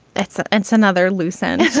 that's ah that's another lesson